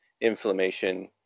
inflammation